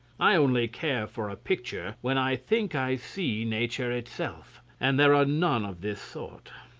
i only care for a picture when i think i see nature itself and there are none of this sort.